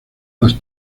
las